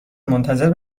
منتظر